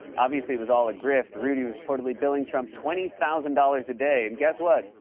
obviously, it was all a grift. rudy was reportedly billing trump twenty thousand dollars a day. and guess what?